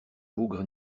bougre